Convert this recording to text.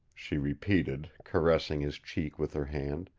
she repeated, caressing his cheek with her hand,